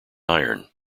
iron